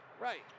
Right